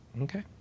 Okay